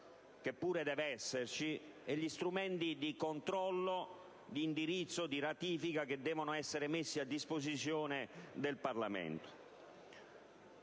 che pure deve esserci, e gli strumenti di controllo, di indirizzo e di decisione che devono essere messi a disposizione del Parlamento.